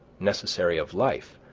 necessary of life,